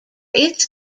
its